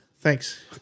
thanks